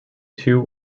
two